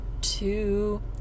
two